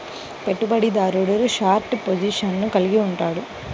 పెట్టుబడిదారుడు షార్ట్ పొజిషన్లను కలిగి ఉంటాడు